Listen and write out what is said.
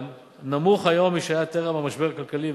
נמוך היום משהיה טרם המשבר הכלכלי,